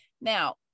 Now